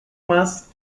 más